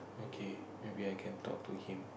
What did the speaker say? okay maybe I can talk to him